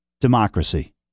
democracy